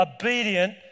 obedient